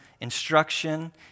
instruction